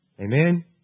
Amen